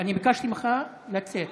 אני ביקשתי ממך לצאת.